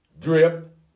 drip